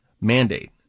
mandate